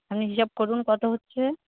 আপনি হিসাব করুন কত হচ্ছে